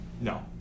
No